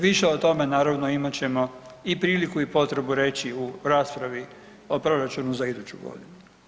Više o tome naravno imat ćemo i priliku i potrebu reći u raspravi o proračunu za iduću godinu.